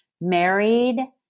married